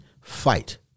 fight